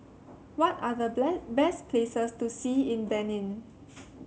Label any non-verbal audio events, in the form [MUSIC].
what are the [UNINTELLIGIBLE] best places to see in Benin